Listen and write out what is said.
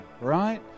right